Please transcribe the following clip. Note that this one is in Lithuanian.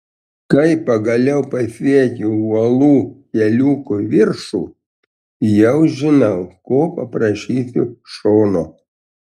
kai pagaliau pasiekiu uolų keliuko viršų jau žinau ko paprašysiu šono